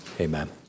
Amen